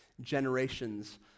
generations